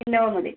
എല്ലാംകൂടി